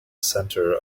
center